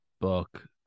book